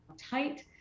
tight